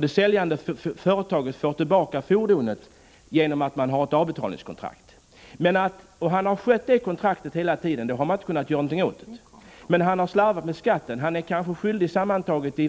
Det säljande företaget får tillbaka fordonet genom att det finns ett avbetalningskontrakt. Antag att åkaren har skött kontraktet hela tiden men slarvat med skatten. Han kanske sammantaget är skyldig 50 000 kr.